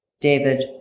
David